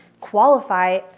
qualify